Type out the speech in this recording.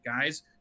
guys